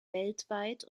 weltweit